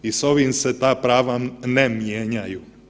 I s ovim se ta prava ne mijenjaju.